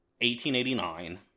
1889